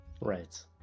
right